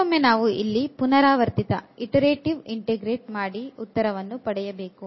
ಮತ್ತೊಮ್ಮೆ ನಾವು ಇಲ್ಲಿ ಪುನರಾವರ್ತಿತವಾಗಿ integrate ಮಾಡಿ ಉತ್ತರವನ್ನು ಪಡೆಯಬೇಕು